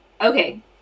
Okay